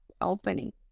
opening